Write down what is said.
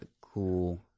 cool